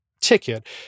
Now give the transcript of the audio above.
ticket